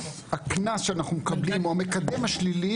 הקנס שאנחנו מקבלים או המקדם השלילי,